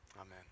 Amen